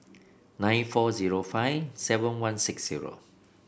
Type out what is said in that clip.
nine four zero five seven one six zero